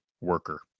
worker